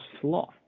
sloth